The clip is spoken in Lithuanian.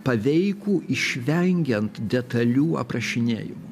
paveikų išvengiant detalių aprašinėjimų